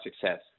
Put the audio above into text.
success